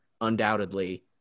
undoubtedly